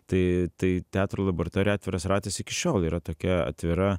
tai tai teatro laboratorija atviras ratas iki šiol yra tokia atvira